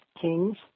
kings